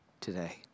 today